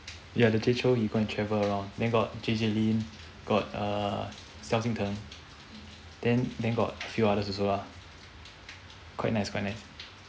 ya the jay chou he go and travel around then got J J lin got err xiao jing teng then then got few others also lah quite nice quite nice